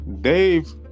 Dave